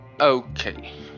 Okay